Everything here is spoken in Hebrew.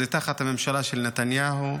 זה תחת הממשלה של נתניהו,